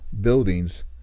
buildings